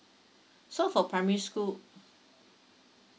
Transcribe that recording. so for primary school